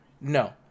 no